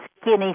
skinny